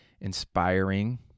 inspiring